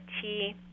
Tea